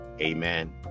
Amen